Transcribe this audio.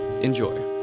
Enjoy